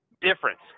Difference